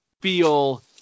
feel